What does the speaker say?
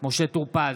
משה טור פז,